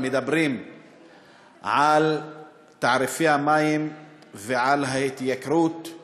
מדברים על תעריפי המים ועל ההתייקרות של